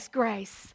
grace